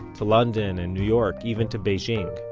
to london and new york, even to beijing.